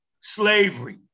slavery